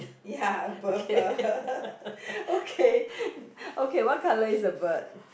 ya above her okay okay what colour is the bird